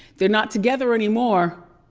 they're not together anymore.